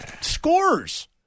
scores